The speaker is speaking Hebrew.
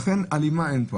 לכן אין כאן הלימה.